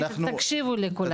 תקשיבו לי כולם.